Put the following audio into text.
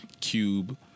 cube